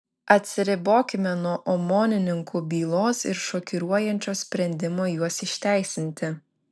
atsiribokime nuo omonininkų bylos ir šokiruojančio sprendimo juos išteisinti